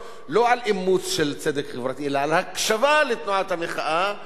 לא על אימוץ של צדק חברתי אלא על הקשבה לתנועת המחאה,